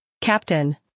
Captain